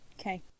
Okay